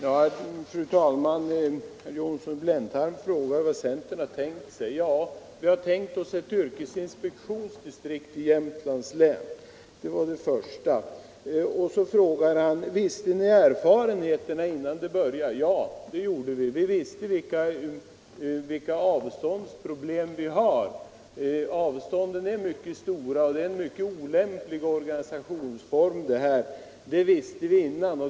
Fru talman! Herr Johnsson i Blentarp frågar vad centern har tänkt sig. Vi har tänkt oss ett yrkesinspektionsdistrikt i Jämtlands län. Så frågar han: ”Visste ni om erfarenheterna innan den nya organisationen kom till?” Ja, det gjorde vi. Vi visste vilka avståndsproblem vi har. Avstånden är mycket stora, och det är en mycket olämplig organisationsform som vi nu har.